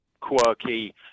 quirky